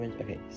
Okay